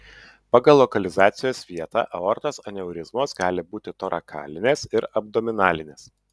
pagal lokalizacijos vietą aortos aneurizmos gali būti torakalinės ir abdominalinės